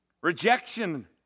Rejection